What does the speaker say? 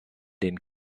den